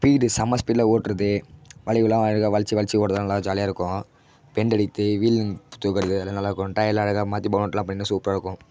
speed செம ஸ்பீட்டில் ஓட்டுறது வளைவுலாம் அழகாக வளைச்சி வளைச்சி ஓட்டுறதெல்லாம் நல்லா ஜாலியாக இருக்கும் பெயிண்ட் அடித்து வீலிங் தூக்கிறது அதெல்லாம் நல்லாயிருக்கும் டையர்லாம் அழகாக மாற்றி பண்ணிருந்தால் சூப்பராக இருக்கும்